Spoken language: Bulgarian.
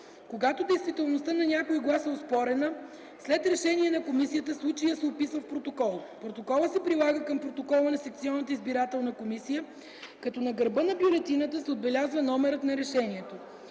Когато действителността на някой глас е оспорена, след решение на комисията случаят се описва в протокол. Протоколът се прилага към протокола на секционната избирателна комисия, като на гърба на бюлетината се отбелязва номерът на решението.